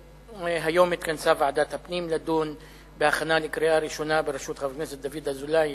והיום התכנסה ועדת הפנים בראשות חבר הכנסת דוד אזולאי,